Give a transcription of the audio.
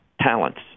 talents